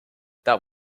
that